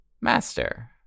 Master